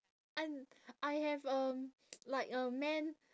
I I have um like a man